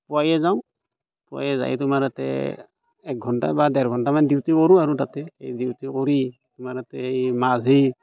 পুৱাই যাওঁ পুৱাই যাই তোমাৰ তাতে এক ঘণ্টা বা দেৰ ঘণ্টামান ডিউটি কৰোঁ আৰু তাতে ডিউটি কৰি তোমাৰ তাতে এই মাছ সেই